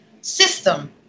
system